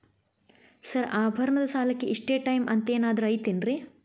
Sir ಆಭರಣದ ಸಾಲಕ್ಕೆ ಇಷ್ಟೇ ಟೈಮ್ ಅಂತೆನಾದ್ರಿ ಐತೇನ್ರೇ?